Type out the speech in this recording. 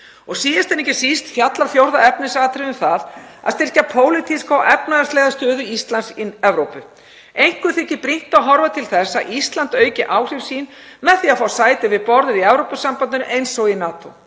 Síðast en ekki síst fjallar fjórða efnisatriðið um það að styrkja pólitíska og efnahagslega stöðu Íslands í Evrópu. Einkum þykir brýnt að horfa til þess að Ísland auki áhrif sín með því að fá sæti við borðið í Evrópusambandinu eins og í NATO.